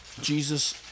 Jesus